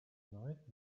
night